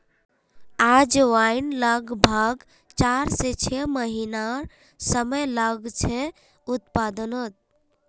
अजवाईन लग्ब्भाग चार से छः महिनार समय लागछे उत्पादनोत